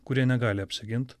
kurie negali apsigint